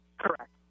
Correct